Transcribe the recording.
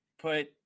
put, –